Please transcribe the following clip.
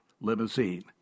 limousine